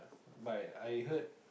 but I heard